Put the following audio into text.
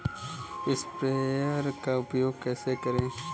Sprayer का उपयोग कैसे करें?